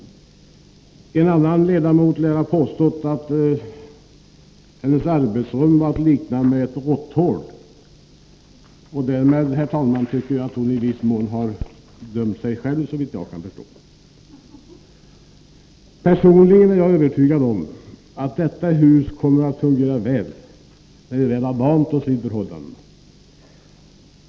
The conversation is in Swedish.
En annan ledamot lär ha påstått att hennes arbetsrum var att likna vid ett råtthål. Därmed har hon väl i viss mån dömt sig själv, såvitt jag kan förstå. Personligen är jag övertygad om att detta hus kommer att fungera väl, när vi har vant oss vid förhållandena.